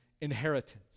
inheritance